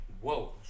Whoa